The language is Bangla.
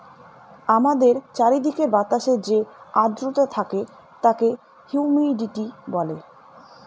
আমাদের চারিদিকের বাতাসে যে আদ্রতা থাকে তাকে হিউমিডিটি বলে